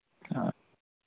ꯑꯥ